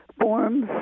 forms